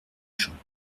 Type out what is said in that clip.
champs